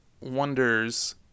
wonders